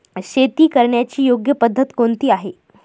शेती करण्याची योग्य पद्धत कोणती आहे?